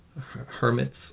hermits